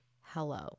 hello